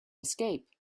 escape